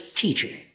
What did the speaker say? teaching